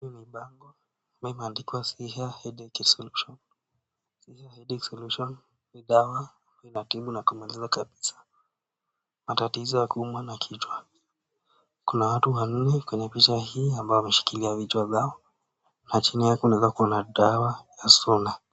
Huu ni bango ambayo ime andikwa SIHA HEADACHE SOLUTION, Siha Headache solution ni dawa ina tibu na kumaliza kabisa matatizo ya kuumwa na kichwa, kuna watu wanne kwenye picha hii ambao wameshika vichwa zao na chini yake unaweza kuona dawa ya Siha.